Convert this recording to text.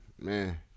Man